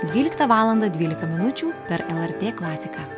dvyliktą valandą dvylika minučių per lrt klasiką